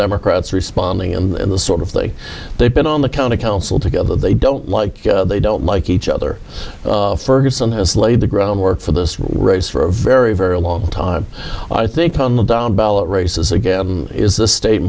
democrats responding in the sort of like they've been on the county council together they don't like they don't like each other ferguson has laid the groundwork for this race for a very very long time i think on the down ballot races again is the state